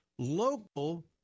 Local